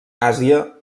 àsia